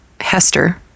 Hester